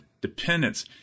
dependence